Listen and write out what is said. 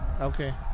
Okay